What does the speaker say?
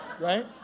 Right